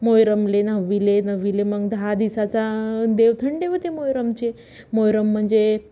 मोहरमले नववीले नववीले मग दहा दिवसाचा देवथंडे होते मोहरमचे मोहरम म्हनजे